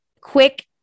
Quick